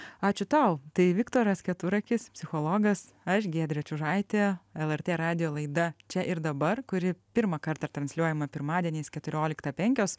ačiū tau tai viktoras keturakis psichologas aš giedrė čiužaitė lrt radijo laida čia ir dabar kuri pirmą kartą transliuojama pirmadieniais keturioliktą penkios